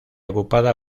ocupada